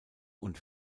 und